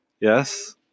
Yes